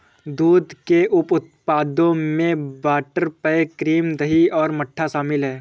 दूध के उप उत्पादों में बटरफैट, क्रीम, दही और मट्ठा शामिल हैं